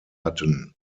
hatten